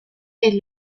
est